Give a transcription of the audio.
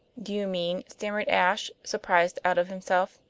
do you mean, stammered ashe, surprised out of himself,